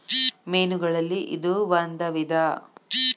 ಮೇನುಗಳಲ್ಲಿ ಇದು ಒಂದ ವಿಧಾ